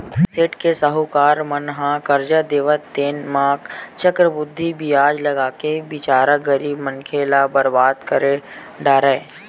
सेठ साहूकार मन ह करजा देवय तेन म चक्रबृद्धि बियाज लगाके बिचारा गरीब मनखे ल बरबाद कर डारय